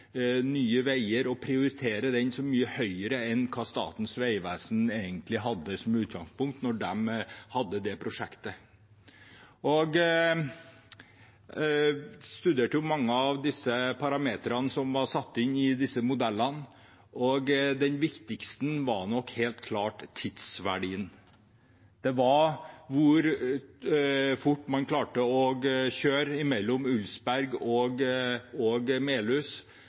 Nye Veier klarte å prioritere det så mye høyere enn hva Statens vegvesen egentlig hadde som utgangspunkt da de hadde det prosjektet. Jeg studerte mange av disse parameterne som var satt inn i disse modellene, og den viktigste var nok helt klart tidsverdien. Det var hvor fort man klarte å kjøre mellom Ulsberg og